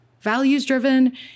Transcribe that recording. values-driven